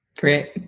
Great